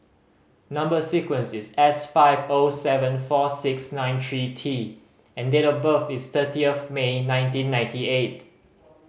number sequence is S five O seven four six nine three T and date of birth is thirtieth May nineteen ninety eight